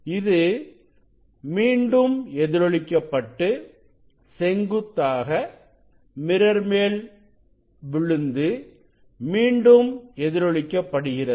இது மீண்டும் எதிரொலிக்க பட்டு செங்குத்தாக மிரர் மேல் விழுந்து மீண்டும் எதிரொலிக்கப்படுகிறது